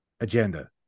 agenda